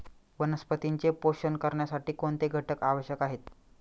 वनस्पतींचे पोषण करण्यासाठी कोणते घटक आवश्यक आहेत?